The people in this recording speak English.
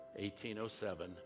1807